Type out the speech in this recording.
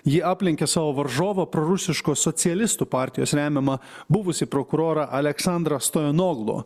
ji aplenkė savo varžovą prorusiškos socialistų partijos remiamą buvusį prokurorą aleksandrą stoianoglo